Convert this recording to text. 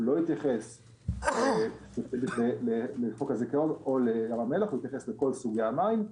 לא התייחס לחוק הזיכיון או לים המלח אלא לכל סוגי המים.